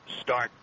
start